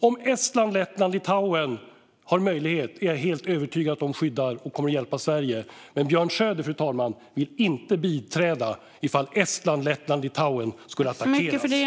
Om Estland, Lettland och Litauen har möjlighet är jag helt övertygad om att de kommer att skydda och hjälpa Sverige. Men Björn Söder, fru talman, vill inte biträda ifall Estland, Lettland och Litauen skulle attackeras.